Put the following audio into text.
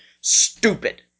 stupid